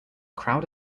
crowd